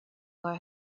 for